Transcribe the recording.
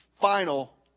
final